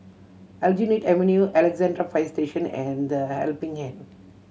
Aljunied Avenue Alexandra Fire Station and The Helping Hand